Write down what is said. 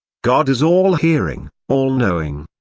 god is all-hearing, all-knowing.